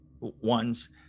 ones